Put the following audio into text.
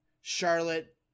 Charlotte